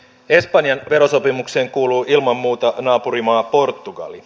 espanjan verosopimukseen kuuluu ilman muuta naapurimaa portugali